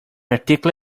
article